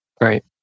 Right